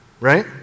right